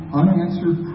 unanswered